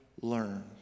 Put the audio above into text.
learned